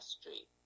street